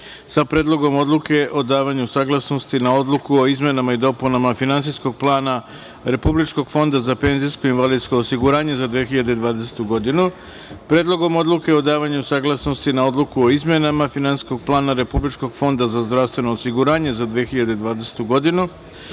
sa Predlogom odluke o davanju saglasnosti na Odluku o izmenama i dopunama Finansijskog plana Republičkog fonda za penzijsko invalidsko osiguranje za 2020. godinu,